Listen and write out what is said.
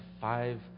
five